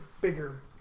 bigger